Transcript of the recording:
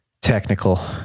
technical